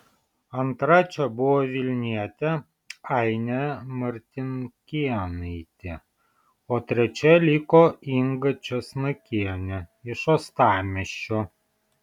antra čia buvo vilnietė ainė martinkėnaitė o trečia liko inga česnakienė iš uostamiesčio